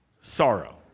sorrow